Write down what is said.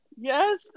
yes